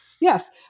yes